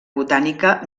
botànica